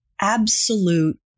absolute